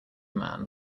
man